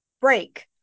break